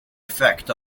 effect